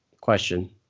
question